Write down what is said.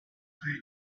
were